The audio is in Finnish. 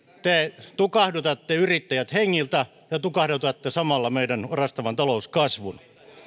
te tukahdutatte yrittäjät hengiltä ja tukahdutatte samalla meidän orastavan talouskasvumme